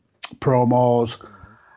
promos